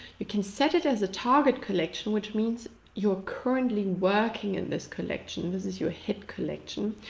you can set it as a target collection, which means you're currently working in this collection. this is your hit collection.